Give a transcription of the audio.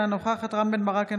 אינה נוכחת רם בן ברק,